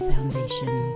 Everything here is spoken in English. Foundation